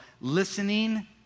listening